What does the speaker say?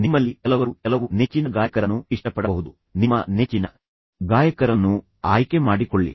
ನಿಮ್ಮಲ್ಲಿ ಕೆಲವರು ಕೆಲವು ನೆಚ್ಚಿನ ಗಾಯಕರನ್ನು ಇಷ್ಟಪಡಬಹುದು ನಿಮ್ಮ ನೆಚ್ಚಿನ ಗಾಯಕರನ್ನು ಆಯ್ಕೆ ಮಾಡಿಕೊಳ್ಳಿ